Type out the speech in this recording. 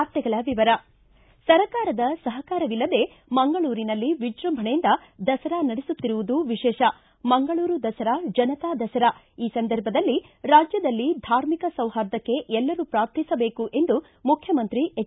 ವಾರ್ತೆಗಳ ವಿವರ ಸರ್ಕಾರದ ಸಹಕಾರವಿಲ್ಲದೆ ಮಂಗಳೂರಿನಲ್ಲಿ ವಿಜೃಂಭಣೆಯಿಂದ ದಸರಾ ನಡೆಸುತ್ತಿರುವುದು ವಿಶೇಷ ಮಂಗಳೂರು ದಸರಾ ಜನತಾ ದಸರಾ ಈ ಸಂದರ್ಭದಲ್ಲಿ ರಾಜ್ಯದಲ್ಲಿ ಧಾರ್ಮಿಕ ಸೌಹಾರ್ದಕ್ಕೆ ಎಲ್ಲರೂ ಪ್ರಾರ್ಥಿಸಬೇಕು ಎಂದು ಮುಖ್ಯಮಂತ್ರಿ ಎಚ್